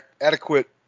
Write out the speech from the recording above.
adequate